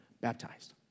Baptized